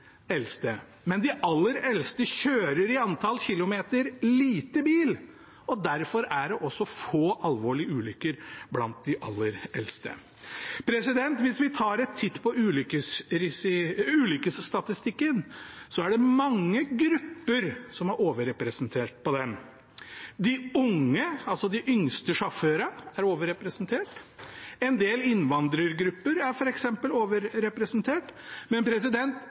eldste, men de aller eldste kjører i antall kilometer lite bil, og derfor er det også få alvorlige ulykker blant de aller eldste. Hvis vi tar en titt på ulykkesstatistikken, er det mange grupper som er overrepresentert på den. De unge, altså de yngste sjåførene, er overrepresentert, og en del innvandrergrupper er f.eks. overrepresentert, men